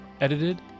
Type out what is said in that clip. edited